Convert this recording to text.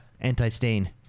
anti-stain